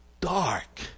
dark